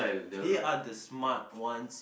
they are the smart ones